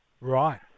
Right